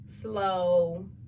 slow